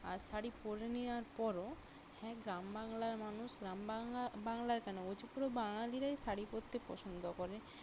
আর শাড়ি পরে নেওয়ার পরও হ্যাঁ গ্রাম বাংলার মানুষ গ্রাম বাংলা বাংলার কেন বলছি পুরো বাঙালিরাই শাড়ি পরতে পছন্দ করে